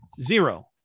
Zero